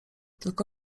tylko